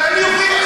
ואני אוכיח,